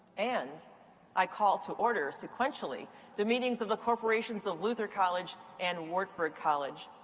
and i call to order sequentially the meetings of the corporations of luther college and wartburg college.